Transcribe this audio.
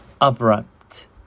abrupt